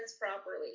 properly